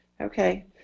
Okay